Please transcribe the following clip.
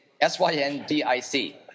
S-Y-N-D-I-C